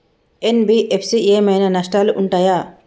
NBFC ఏమైనా నష్టాలు ఉంటయా?